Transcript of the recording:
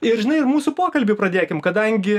ir žinai ir mūsų pokalbį pradėkim kadangi